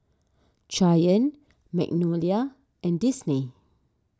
Giant Magnolia and Disney